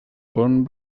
pont